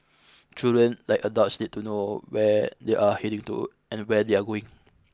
children like adults need to know where they are heading to and where they are going